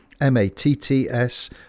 m-a-t-t-s